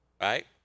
right